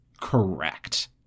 correct